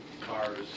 cars